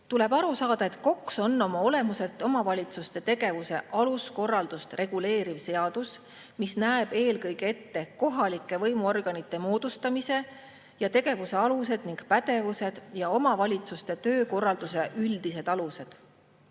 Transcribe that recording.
aru saada, et KOKS on oma olemuselt omavalitsuste tegevuse aluskorraldust reguleeriv seadus, mis näeb eelkõige ette kohalike võimuorganite moodustamise ja tegevuse alused ning pädevused ja omavalitsuste töökorralduse üldised alused.